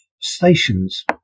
stations